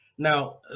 Now